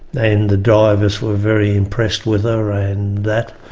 and the drivers were very impressed with her and that.